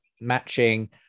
matching